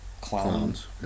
clowns